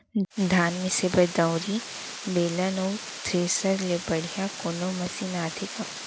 धान मिसे बर दंवरि, बेलन अऊ थ्रेसर ले बढ़िया कोनो मशीन आथे का?